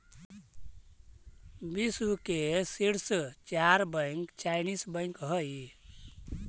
विश्व के शीर्ष चार बैंक चाइनीस बैंक हइ